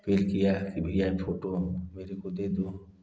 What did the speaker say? फिर किया कि भैया फोटो मेरे को दे दो